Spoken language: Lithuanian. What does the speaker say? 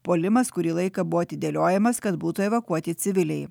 puolimas kurį laiką buvo atidėliojamas kad būtų evakuoti civiliai